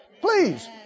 please